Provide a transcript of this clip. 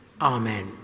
Amen